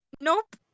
Nope